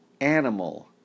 animal